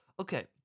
Okay